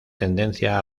tendencia